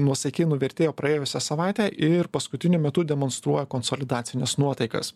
nuosaikai nuvertėjo praėjusią savaitę ir paskutiniu metu demonstruoja konsolidacines nuotaikas